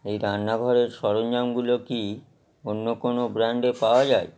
এই রান্নাঘরের সরঞ্জামগুলো কি অন্য কোনো ব্র্যান্ডে পাওয়া যায়